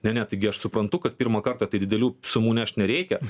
ne ne taigi aš suprantu kad pirmą kartą tai didelių sumų nešt nereikia